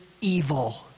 evil